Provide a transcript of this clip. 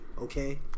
Okay